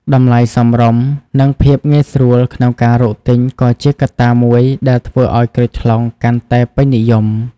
តម្លៃសមរម្យ និងភាពងាយស្រួលក្នុងការរកទិញក៏ជាកត្តាមួយដែលធ្វើឱ្យក្រូចថ្លុងកាន់តែពេញនិយម។